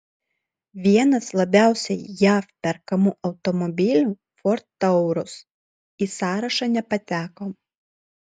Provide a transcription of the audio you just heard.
vienas labiausiai jav perkamų automobilių ford taurus į sąrašą nepateko